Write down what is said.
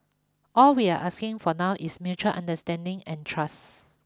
all we're asking for now is mutual understanding and trust